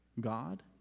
God